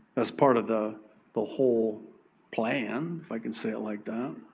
that's part of the the whole plan, if i could say it like that.